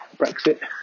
Brexit